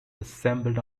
assembled